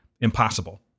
Impossible